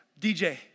DJ